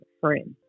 friends